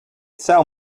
sell